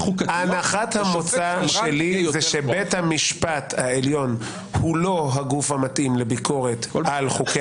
היא שבית המשפט העליון הוא לא הגוף המתאים לביקורת על חוקי